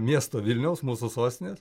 miesto vilniaus mūsų sostinės